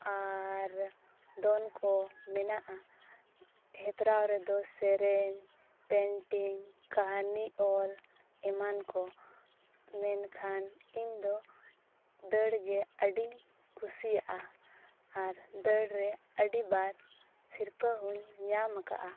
ᱟᱨ ᱫᱚᱱ ᱠᱚ ᱢᱮᱱᱟᱜᱼᱟ ᱦᱮᱯᱨᱟᱣ ᱨᱮᱫᱚ ᱥᱮᱨᱮᱧ ᱯᱮᱱᱴᱤᱝ ᱠᱟᱦᱟᱱᱤ ᱚᱞ ᱮᱢᱟᱱ ᱠᱚ ᱢᱮᱱᱠᱷᱟᱱ ᱤᱧᱫᱚ ᱫᱟᱹᱲᱜᱮ ᱟᱹᱰᱤᱧ ᱠᱩᱥᱤᱭᱟᱜᱼᱟ ᱟᱨ ᱫᱟᱹᱲ ᱨᱮ ᱟᱹᱰᱤᱵᱟᱨ ᱥᱤᱨᱯᱟᱹ ᱦᱚᱧ ᱧᱟᱢ ᱟᱠᱟᱫᱟ